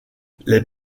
les